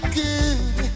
good